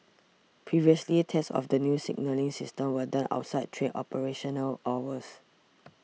previously tests of the new signalling system were done outside train operational hours